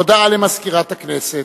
הודעה למזכירת הכנסת.